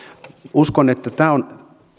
uskon että tämä on